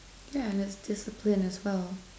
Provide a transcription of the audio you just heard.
yeah there's discipline as well